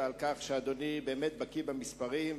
ועל כך שאדוני באמת בקי במספרים,